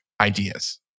ideas